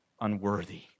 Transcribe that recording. unworthy